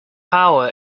power